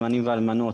האלה?